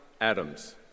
Adams